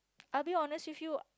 I'll be honest with you